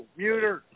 muter